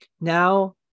Now